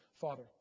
Father